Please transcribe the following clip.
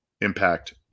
impact